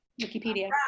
Wikipedia